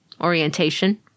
orientation